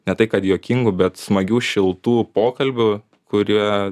ne tai kad juokingų bet smagių šiltų pokalbių kurie